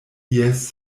ies